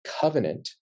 covenant